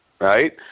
right